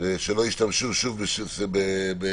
שלא ישתמשו שוב בדחיפות.